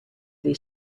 dei